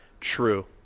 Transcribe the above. true